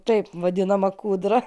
taip vadinama kūdra